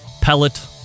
pellet